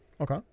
okay